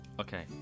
Okay